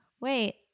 Wait